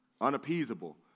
unappeasable